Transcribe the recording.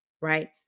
Right